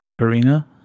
Karina